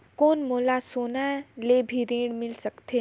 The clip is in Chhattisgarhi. कौन मोला सोना ले भी ऋण मिल सकथे?